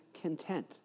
content